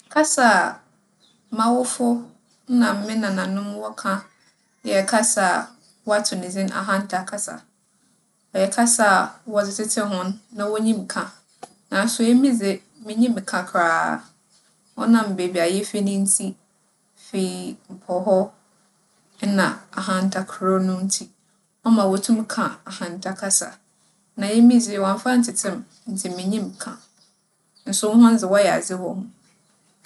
Kasa a m'awofo nna me nananom wͻka yɛ kasa a wͻato ne dzin Ahanta kasa. ͻyɛ kasa a wͻdze tsetsee hͻn na wonyim ka naaso emi dze, minnyim ka koraa. ͻnam beebi a yefi no ntsi. Fi Mpͻhͻ na Ahanta kurow no ntsi, ͻma wotum ka Ahanta kasa. Na emi dze, ͻammfa anntsetse me ntsi minnyim ka. Nso hͻn dze wͻyɛ adze wͻ ho.